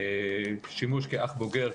שימוש כאח בוגר,